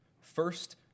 First